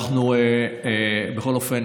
בכל אופן,